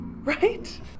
Right